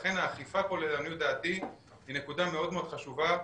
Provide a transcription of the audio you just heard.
לכן האכיפה פה לעניות דעתי, היא נקודה חשובה מאוד.